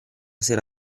sera